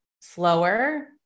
slower